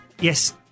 yes